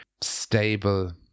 stable